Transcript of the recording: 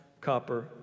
copper